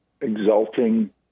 exulting